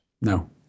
No